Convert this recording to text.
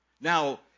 Now